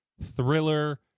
thriller